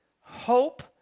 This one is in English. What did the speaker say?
Hope